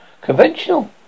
conventional